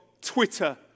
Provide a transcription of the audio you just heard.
Twitter